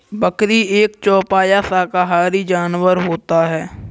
बकरी एक चौपाया शाकाहारी जानवर होता है